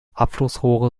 abflussrohre